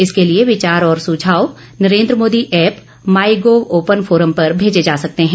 इसके लिए विचार और सुझाव Narendra Modi app my gov open forum पर भेजे जा सकते हैं